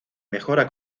mejora